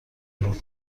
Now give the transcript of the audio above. بود